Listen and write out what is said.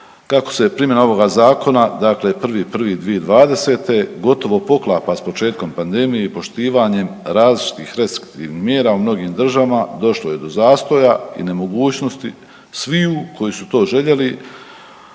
Kako se primjena ovoga zakona dakle 1.1.2020. gotovo poklapa s početkom pandemije i poštivanjem različitih restriktivnih mjera u mnogim državama došlo je do zastoja i nemogućnosti sviju koji su to željeli